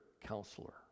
Counselor